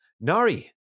Nari